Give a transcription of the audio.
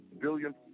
billion